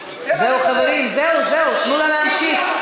אני מבקשת להפסיק.